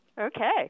Okay